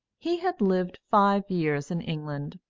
he had lived five years in england,